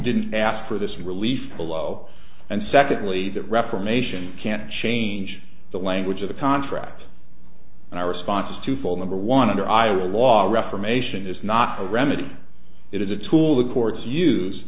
didn't ask for this release below and secondly that reformation can change the language of the contract and our response is twofold number one under iowa law a reformation is not a remedy it is a tool the courts use